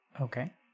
Okay